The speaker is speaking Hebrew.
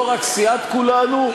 לא רק סיעת כולנו,